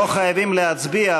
חייבים להצביע,